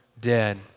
dead